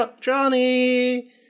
Johnny